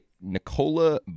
Nicola